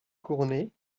cournet